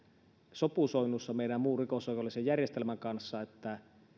sopusoinnussa meidän muun rikosoikeudellisen järjestelmän kanssa että